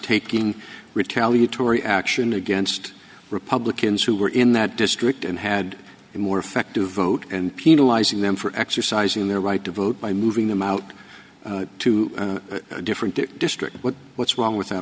taking retaliatory action against republicans who were in that district and had a more effective vote and penalizing them for exercising their right to vote by moving them out to a different district what what's wrong with that